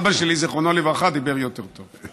אבא שלי, זיכרונו לברכה, דיבר יותר טוב.